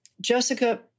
Jessica